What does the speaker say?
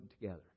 together